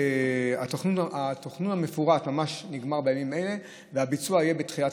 התכנון המפורט נגמר ממש בימים אלה והביצוע יהיה בתחילת